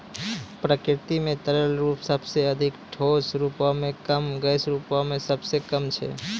प्रकृति म तरल रूप सबसें अधिक, ठोस रूपो म कम, गैस रूपो म सबसे कम छै